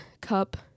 cup